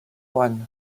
juan